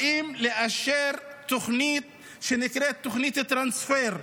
באים לאשר תוכנית שנקראת תוכנית הטרנספר: